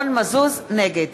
נגד